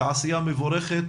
עשייה מבורכת,